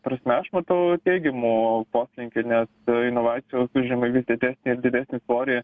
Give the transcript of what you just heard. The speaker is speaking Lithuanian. prasme aš matau teigiamų poslinkių nes inovacijos užima vis didesnį ir didesnį svorį